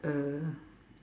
uh